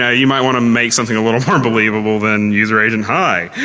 know, you might want to make something a little more believable than user agent, hi!